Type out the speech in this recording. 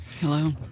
Hello